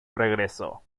regresó